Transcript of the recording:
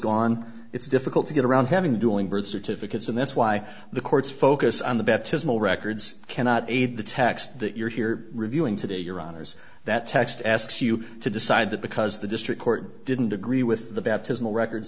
gone it's difficult to get around having dueling birth certificates and that's why the courts focus on the bet to small records cannot aid the text that you're here reviewing today your honour's that text asks you to decide that because the district court didn't agree with the baptismal record